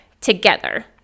together